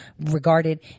regarded